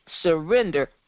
surrender